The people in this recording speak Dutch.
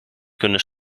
kunnen